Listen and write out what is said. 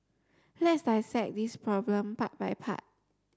let's dissect this problem part by part